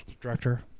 director